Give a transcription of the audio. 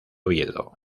oviedo